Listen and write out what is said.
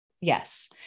Yes